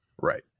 right